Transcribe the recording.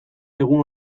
egun